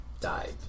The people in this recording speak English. died